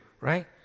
right